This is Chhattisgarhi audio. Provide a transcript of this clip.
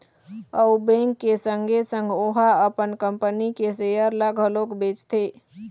अउ बेंक के संगे संग ओहा अपन कंपनी के सेयर ल घलोक बेचथे